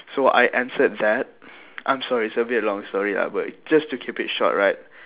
so I answered that I'm sorry it's a bit long story ah but just to keep it short right